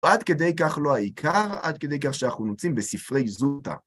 ועד כדי כך לא העיקר, עד כדי כך שאנחנו מוצאים בספרי זוטא.